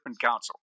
Council